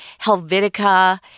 Helvetica